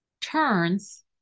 turns